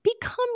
become